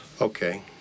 Okay